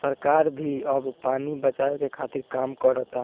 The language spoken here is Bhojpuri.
सरकार भी अब पानी बचावे के खातिर काम करता